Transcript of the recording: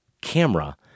camera